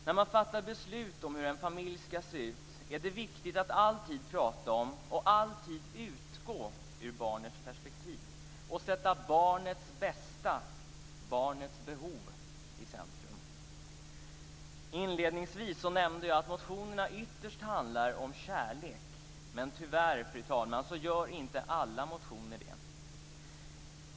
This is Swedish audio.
När man fattar beslut om hur en familj ska se ut är det viktigt att alltid prata om, och alltid utgå från, barnets perspektiv. Man ska sätta barnets bästa, barnets behov, i centrum. Inledningsvis nämnde jag att motionerna ytterst handlar om kärlek. Men tyvärr, fru talman, gör inte alla motioner det.